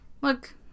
look